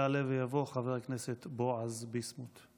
יעלה ויבוא חבר הכנסת בועז ביסמוט.